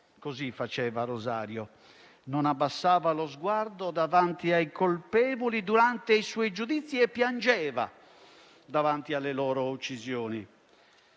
Così faceva Rosario: non abbassava lo sguardo davanti ai colpevoli durante i suoi giudizi e piangeva davanti alle loro uccisioni.